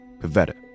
Pavetta